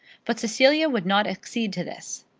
but cecilia would not accede to this,